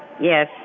Yes